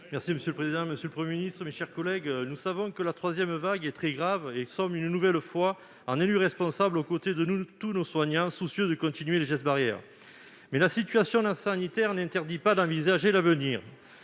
et Social Européen. Monsieur le Premier ministre, mes chers collègues, nous savons que la troisième vague est très grave et nous sommes une nouvelle fois, en élus responsables, aux côtés de tous nos soignants, soucieux de continuer à appliquer les gestes barrières. Pourtant, la situation sanitaire n'interdit pas d'envisager l'avenir,